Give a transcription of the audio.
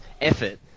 effort